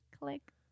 Click